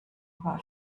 über